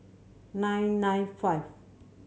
nine nine five